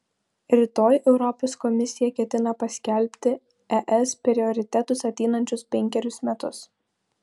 rytoj europos komisija ketina paskelbti es prioritetus ateinančius penkerius metus